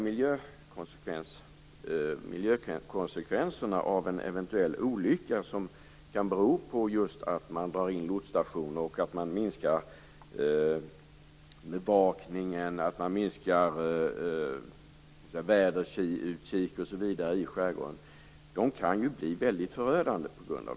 Miljökonsekvenserna av en eventuell olycka, som just kan bero på att man drar in lotsstationer och minskar bevakning och väderutkikar i skärgården, kan bli förödande.